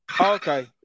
Okay